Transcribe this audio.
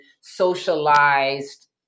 socialized